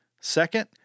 Second